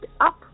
up